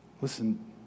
Listen